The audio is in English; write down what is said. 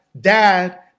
dad